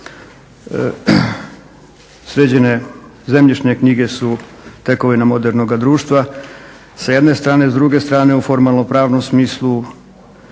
Sređene zemljišne knjige su tekovine modernoga društva s jedne strane, a s druge strane u formalno pravnom smislu